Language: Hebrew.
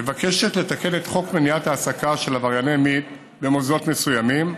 מוצע לתקן את חוק מניעת העסקה של עברייני מין במוסדות מסוימים,